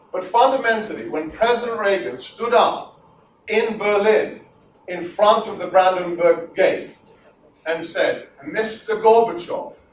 but fundamentally when president reagan stood up in berlin in front of the brandenburg gate and said mr. gorbachev,